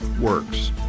works